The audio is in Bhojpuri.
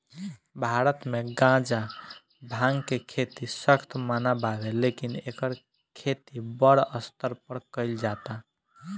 भारत मे गांजा, भांग के खेती सख्त मना बावे लेकिन एकर खेती बड़ स्तर पर कइल जाता